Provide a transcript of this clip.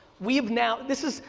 we've now, this is,